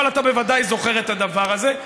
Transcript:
אבל אתה בוודאי זוכר את הדבר הזה.